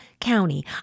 County